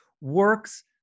works